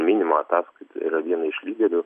minima ataskaitoje yra viena iš lyderių